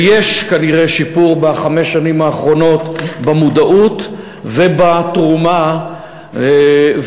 ויש כנראה שיפור בחמש השנים האחרונות במודעות ובתרומה ובתקציבים,